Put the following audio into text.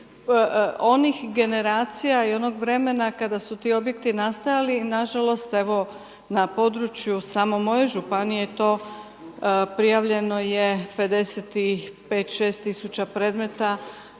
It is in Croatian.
onih generacija i onog vremena kada su ti objekti nastajali. Na žalost evo na području samo moje županije to prijavljeno je 55 tisuća predmeta.